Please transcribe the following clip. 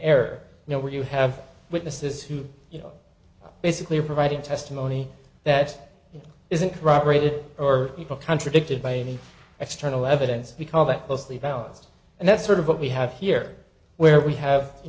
air you know where you have witnesses who you know basically are providing testimony that isn't corroborated or people contradicted by any external evidence we call that closely balanced and that's sort of what we have here where we have you